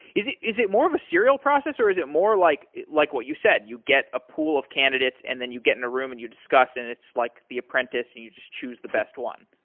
is it is it more of a serial process or is it more like like what you said you get a pool of candidates and then you get in a room and you discuss and it's like the apprentice and you just choose the best one.